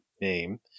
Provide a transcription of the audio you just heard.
name